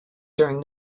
during